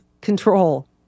control